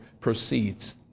proceeds